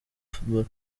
football